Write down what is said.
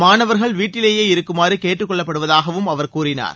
மாணவர்கள் வீட்டிலேயே இருக்குமாறு கேட்டுக் கொள்ளப்பட்டுள்ளதாகவும் அவர் கூறினார்